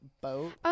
boat